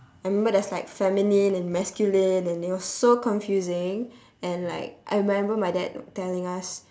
I remembered there was like feminine and masculine and it was so confusing and like I remember my dad telling us